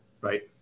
Right